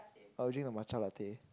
I'll drink the matcha latte